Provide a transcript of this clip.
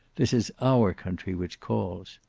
this is our country which calls.